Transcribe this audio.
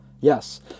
Yes